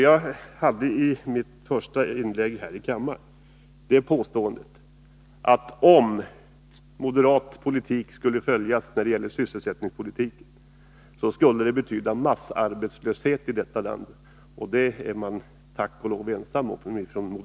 Jag påstod i mitt första inlägg här i kammaren, att om man skulle följa den moderata sysselsättningspolitiken, skulle det betyda massarbetslöshet i detta land — den politiken är moderaterna tack och lov ensamma om.